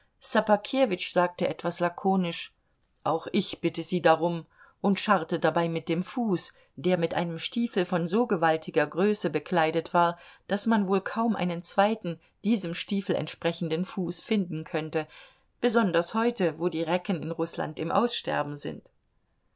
sagte etwas lakonisch auch ich bitte sie darum und scharrte dabei mit dem fuß der mit einem stiefel von so gewaltiger größe bekleidet war daß man wohl kaum einen zweiten diesem stiefel entsprechenden fuß finden könnte besonders heute wo die recken in rußland im aussterben sind